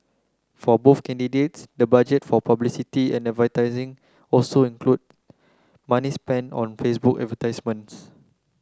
for both candidates the budget for publicity and advertising also included money spent on Facebook advertisements